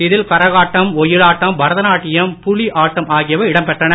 இதில் கரகாட்டம் ஒயிலாட்டம் பரதநாட்டியம் புலி ஆட்டம் இடம்பெற்றன